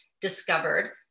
discovered